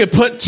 put